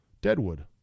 Deadwood